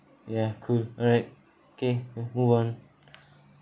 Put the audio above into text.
ya cool alright okay let's move on